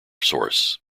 source